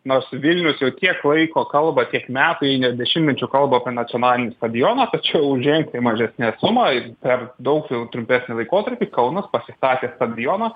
nors vilnius jau tiek laiko kalba tiek metų jei ne dešimtmečių kalba apie nacionalinį stadioną tačiau ženkliai mažesnę sumą per daug trumpesnį laikotarpį kaunas pasistatė stadioną